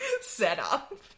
setup